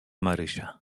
marysia